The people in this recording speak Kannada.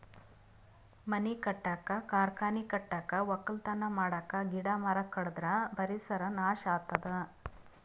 ಮನಿ ಕಟ್ಟಕ್ಕ್ ಕಾರ್ಖಾನಿ ಕಟ್ಟಕ್ಕ್ ವಕ್ಕಲತನ್ ಮಾಡಕ್ಕ್ ಗಿಡ ಮರ ಕಡದ್ರ್ ಪರಿಸರ್ ನಾಶ್ ಆತದ್